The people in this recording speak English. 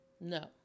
No